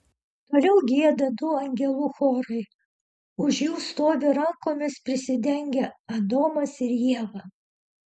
toliau gieda du angelų chorai už jų stovi rankomis prisidengę adomas ir ieva